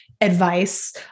advice